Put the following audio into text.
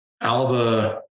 Alba